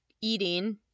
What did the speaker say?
eating